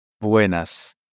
Buenas